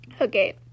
Okay